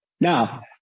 Now